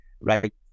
right